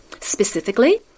specifically